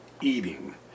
eating